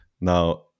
now